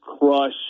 crush